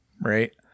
right